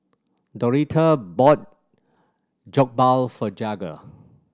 Doretha bought Jokbal for Jagger